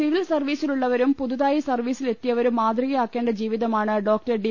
civil സർവീസിലുള്ളവരും പുതുതായി സർവീസിൽ എത്തിയവരും മാതൃകയാക്കേണ്ട ജീവിതമാണ് ഡോക്ടർ ഡി